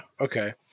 Okay